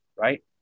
right